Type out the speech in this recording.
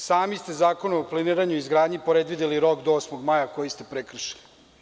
Sami ste Zakonom o planiranju i izgradnji predvideli rok do 8. maja, koji ste prekšili.